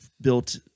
built